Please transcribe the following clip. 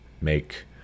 make